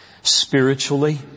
spiritually